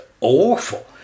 awful